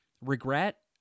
regret